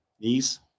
knees